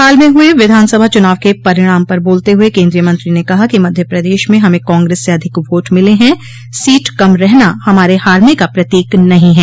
हाल में हुए विधानसभा चुनाव के परिणाम पर बोलते हुए केन्द्रीय मंत्री ने कहा कि मध्य प्रदेश में हमे कांग्रेस से अधिक वोट मिले है सोट कम रहना हमारे हारने का प्रतीक नहीं है